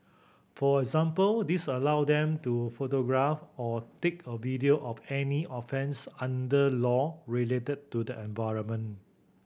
for example this allow them to photograph or take a video of any offence under law related to the environment